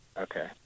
Okay